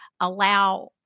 allow